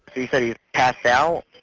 a half now.